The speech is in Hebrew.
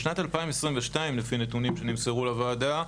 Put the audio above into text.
לפי נתונים שנמסרו לוועדה,